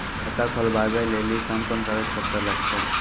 खाता खोलबाबय लेली कोंन कोंन कागज पत्तर लगतै?